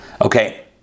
Okay